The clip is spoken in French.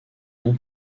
non